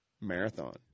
marathon